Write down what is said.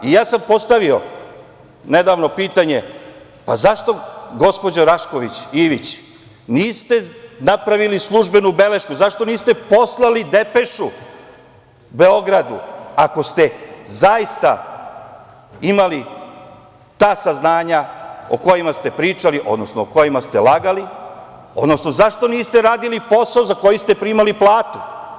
Nedavno sam postavio pitanje – zašto gospođo Sanda Rašković Ivić niste napravili službenu belešku, zašto niste poslali depešu Beogradu ako ste zaista imali ta saznanja o kojima ste pričali, odnosno o kojima ste lagali, odnosno zašto niste radili posao za koji ste primali platu?